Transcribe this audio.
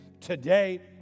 today